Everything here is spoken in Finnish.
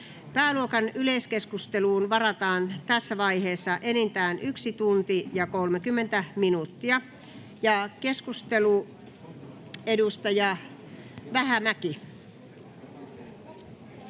Pääluokan yleiskeskusteluun varataan tässä vaiheessa enintään 1 tunti ja 30 minuuttia. — Valtiovarainvaliokunnan